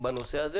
בנושא הזה.